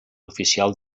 oficial